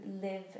live